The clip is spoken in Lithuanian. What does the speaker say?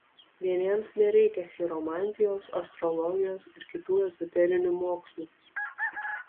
vieniems nereikia chiromantijos astrologijos ir kitų ezoterinių mokslų